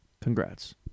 Congrats